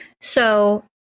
So-